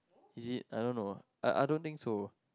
is it I don't know I I don't think so